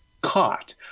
caught